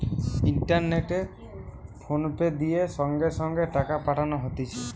ইন্টারনেটে ফোনপে দিয়ে সঙ্গে সঙ্গে টাকা পাঠানো হতিছে